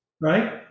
right